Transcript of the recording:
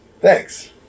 Thanks